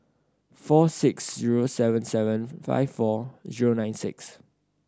four six zero seven seven five four zero nine six